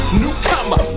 newcomer